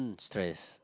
stress